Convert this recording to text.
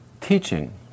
teaching